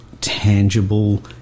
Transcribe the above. tangible